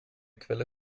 quelle